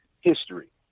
history